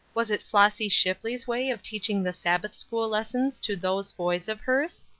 was it flossy shipley's way of teaching the sabbath-school lessons to those boys of hers?